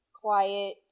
Quiet